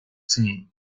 team